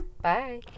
Bye